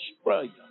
Australia